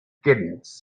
kittens